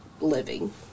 living